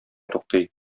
туктый